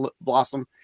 blossom